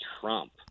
Trump